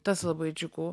tas labai džiugu